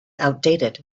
outdated